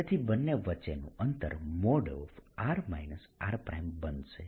તેથી બંને વચ્ચેનું અંતર r rબનશે